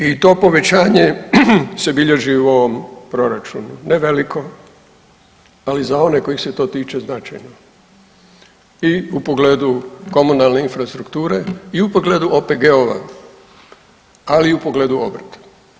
I to povećanje se bilježi u ovom proračunu ne veliko, ali za one kojih se to tiče značajno i u pogledu komunalne infrastrukture i u pogledu OPG-ova, ali i u pogledu obrta.